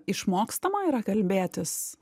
išmokstama yra kalbėtis